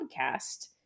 podcast